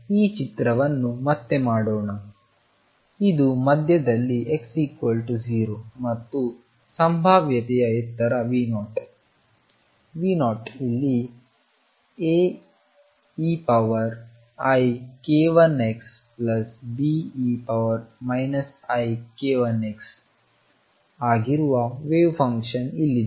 ಆದ್ದರಿಂದ ಈ ಚಿತ್ರವನ್ನು ಮತ್ತೆ ಮಾಡೋಣ ಇದು ಮಧ್ಯದಲ್ಲಿ x 0 ಮತ್ತು ಸಂಭಾವ್ಯತೆಯ ಎತ್ತರ V0 V0 ಇಲ್ಲಿ Aeik1xBe ik1x ಆಗಿರುವ ವೇವ್ ಫಂಕ್ಷನ್ ಇಲ್ಲಿದೆ